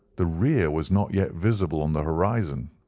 the rear was not yet visible on the horizon.